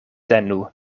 tenu